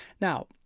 Now